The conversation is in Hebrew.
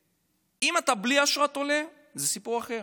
ואם אתה בלי אשרת עולה זה סיפור אחר,